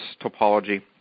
topology